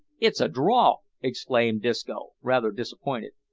it's a draw! exclaimed disco, rather disappointed.